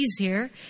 easier